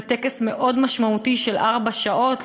וטקס מאוד משמעותי של ארבע שעות,